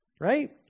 Right